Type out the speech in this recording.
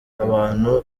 abantu